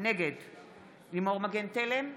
נגד לימור מגן תלם,